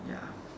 ya